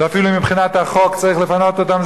ואפילו אם מבחינת החוק צריך לפנות אותם,